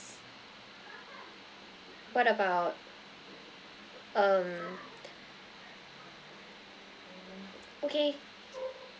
what about um okay